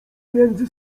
między